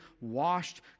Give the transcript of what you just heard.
washed